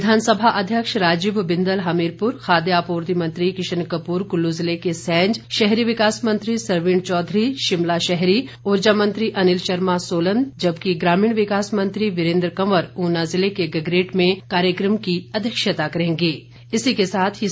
विधानसभा अध्यक्ष राजीव बिंदल हमीरपुर खाद्य आपूर्ति मंत्री किशन कपूर कुल्लू ज़िले के सैंज शहरी विकास मंत्री सरवीण चौधरी शिमला शहर ऊर्जा मंत्री अनिल शर्मा सोलन जबकि ग्रामीण विकास मंत्री वीरेन्द्र कंवर ऊना ज़िले के गगरेट में कार्यक्रम की अध्यक्षता करेंगे